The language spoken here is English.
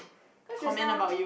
cause just now